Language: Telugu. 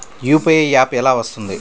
యూ.పీ.ఐ యాప్ ఎలా వస్తుంది?